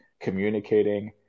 communicating